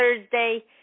Thursday